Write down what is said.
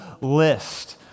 list